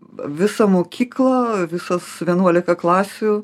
visą mokyklą visas vienuolika klasių